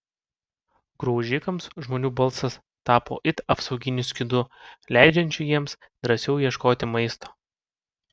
graužikams žmonių balsas tapo it apsauginiu skydu leidžiančiu jiems drąsiau ieškoti maisto